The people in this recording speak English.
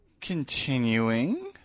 Continuing